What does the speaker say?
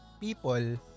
people